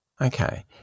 Okay